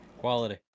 Quality